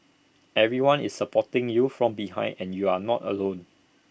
everyone is supporting you from behind and you are not alone